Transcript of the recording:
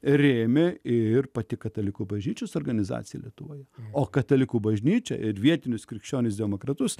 rėmė ir pati katalikų bažnyčios organizacija lietuvoje o katalikų bažnyčią ir vietinius krikščionis demokratus